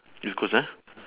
east coast ah